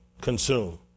consume